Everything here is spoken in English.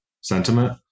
sentiment